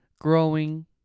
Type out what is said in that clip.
growing